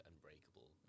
unbreakable